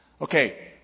Okay